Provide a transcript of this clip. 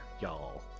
y'all